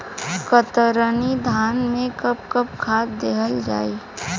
कतरनी धान में कब कब खाद दहल जाई?